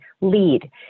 lead